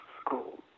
school